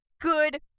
good